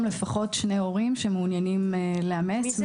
לפחות שני הורים מהקהילה שמעוניינים לאמץ.